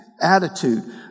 attitude